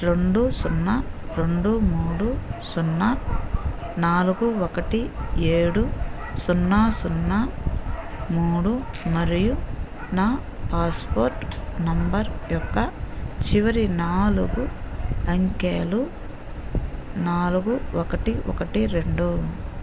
రెండు సున్నా రెండు మూడు సున్నా నాలుగు ఒకటి ఏడు సున్నా సున్నా మూడు మరియు నా పాస్పోర్ట్ నంబర్ యొక్క చివరి నాలుగు అంకెలు నాలుగు ఒకటి ఒకటి రెండు